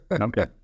Okay